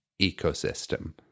ecosystem